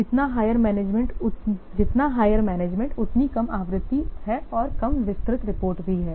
जितना higher management उतनी कम आवृत्ति है और कम विस्तृत रिपोर्ट भी है